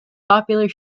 popular